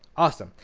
awesome.